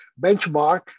benchmark